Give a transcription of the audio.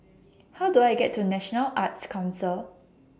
How Do I get to National Arts Council